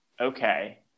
Okay